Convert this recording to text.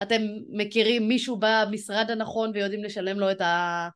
אתם מכירים מישהו במשרד הנכון ויודעים לשלם לו את